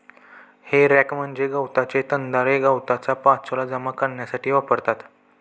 हे रॅक म्हणजे गवताचे दंताळे गवताचा पाचोळा जमा करण्यासाठी वापरतात